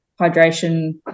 hydration